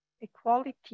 equality